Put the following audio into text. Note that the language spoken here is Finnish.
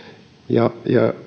ja